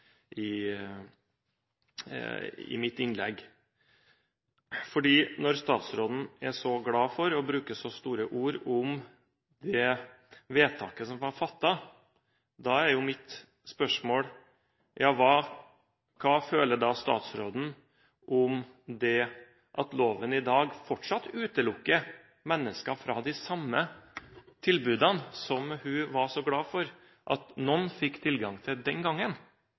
i mitt innlegg. Når statsråden er så glad for, og bruker så store ord om, det vedtaket som er fattet, er mitt spørsmål: Hva føler da statsråden om at loven i dag fortsatt utelukker mennesker fra de samme tilbudene som hun var så glad for at noen fikk tilgang til den